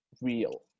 real